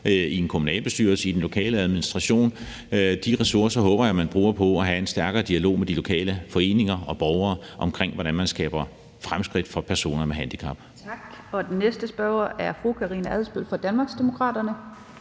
i en kommunalbestyrelse og i den lokale administration. De ressourcer håber jeg man bruger på at have en stærkere dialog med de lokale foreninger og borgere om, hvordan man skaber fremskridt for personer med handicap.